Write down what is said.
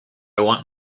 want